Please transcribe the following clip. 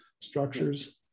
structures